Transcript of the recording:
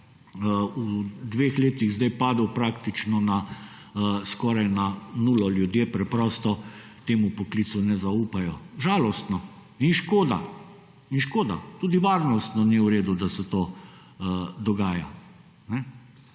v dveh letih zdaj padel praktično na skoraj na nulo, ljudje preprosto temu poklicu ne zaupajo. Žalostno in škoda. In škoda. Tudi varnostno ni v redu, da se to dogaja.